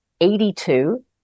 82